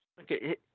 Okay